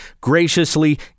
graciously